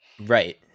Right